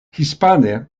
hispane